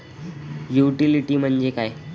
Utility म्हणजे काय?